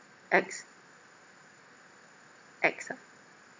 ex ex ah